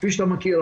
כפי שאתה מכיר,